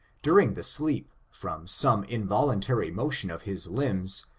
during the sleep, from some inyoluntary motion of his limbs,